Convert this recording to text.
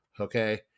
okay